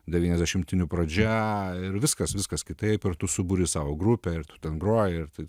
devyniasdešimtinių pradžia ir viskas viskas kitaip i tu subūri savo grupę ir tu ten groji ir tai